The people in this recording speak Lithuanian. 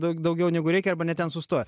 daug daugiau negu reikia arba ne ten sustoja